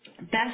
Best